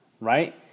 right